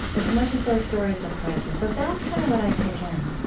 as much as those stories of crisis. so, that's kind of what i take in